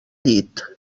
llit